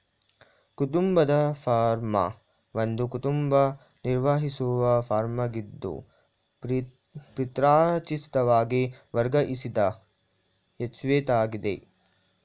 ಕುಟುಂಬದ ಫಾರ್ಮ್ ಒಂದು ಕುಟುಂಬ ನಿರ್ವಹಿಸುವ ಫಾರ್ಮಾಗಿದ್ದು ಪಿತ್ರಾರ್ಜಿತವಾಗಿ ವರ್ಗಾಯಿಸಿದ ಎಸ್ಟೇಟಾಗಿದೆ